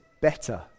better